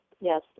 yes